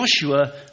Joshua